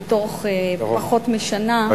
שתוך פחות משנה,